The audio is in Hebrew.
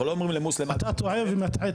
אנחנו לא אומרים למוסלמים -- אתה טועה ומטעה.